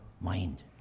mind